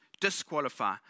disqualify